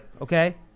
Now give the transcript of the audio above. okay